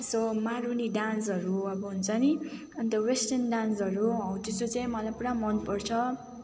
so Maruni डान्सहरू अब हुन्छ नि अन्त वेस्टर्न डान्सहरू हौ त्यस्तो चाहिँ मलाई पुरा मनपर्छ